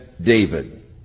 David